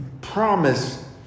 promise